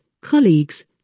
colleagues